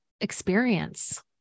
experience